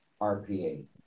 RPA